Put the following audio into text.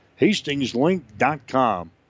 HastingsLink.com